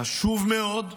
חשוב מאוד,